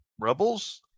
Rebels